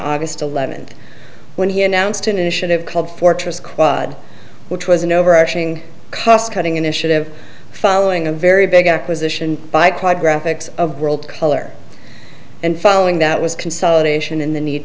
august eleventh when he announced an initiative called fortress quad which was an overarching cost cutting initiative following a very big acquisition by cloud graphics of world color and following that was consolidation in the need